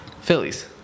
Phillies